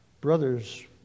brother's